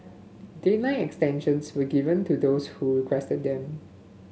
deadline extensions were given to those who requested them